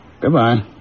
Goodbye